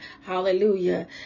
Hallelujah